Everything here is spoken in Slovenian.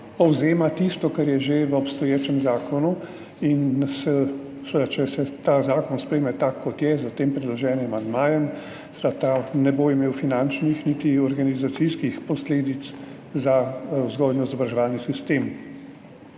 povzema tisto, kar je že v obstoječem zakonu. In če se ta zakon sprejme tak, kot je, s tem predloženim amandmajem, ne bo imel finančnih niti organizacijskih posledic za vzgojno-izobraževalni sistem.